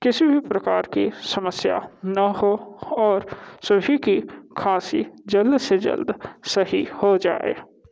किसी भी प्रकार की समस्या ना हो और सभी की खांसी जल्द से जल्द सही हो जाए